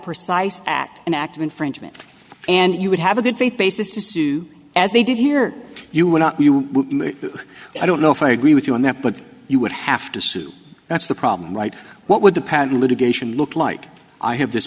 precise at an act of infringement and you would have a good faith basis to sue as they did here you were not i don't know if i agree with you on that but you would have to sue that's the problem right what would the patent litigation look like i have this